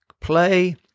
play